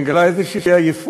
מגלה איזו עייפות